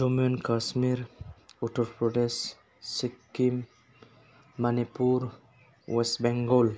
Jammu and Kashmir Uttar Pradesh Sikkim Manipur West Bengal